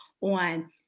on